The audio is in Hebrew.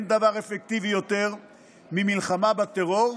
אין דבר אפקטיבי יותר ממלחמה בטרור,